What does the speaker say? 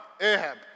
Ahab